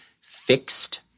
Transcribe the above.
fixed